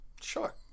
sure